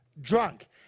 drunk